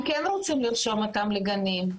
הם כן רוצים לרשום אותם לגנים.